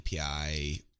API